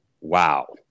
Wow